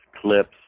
clips